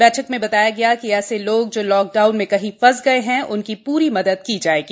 बैठक में बताया गया कि ऐसे लोग जो लॉक डाउन में कही फँस गए हैं उनकी प्री मदद की जाएगी